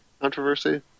controversy